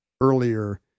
earlier